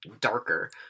darker